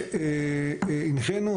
והנחינו.